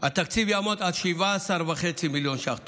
התקציב יעמוד על 17.5 מיליון שקלים,